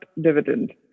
dividend